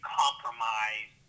compromise